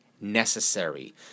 necessary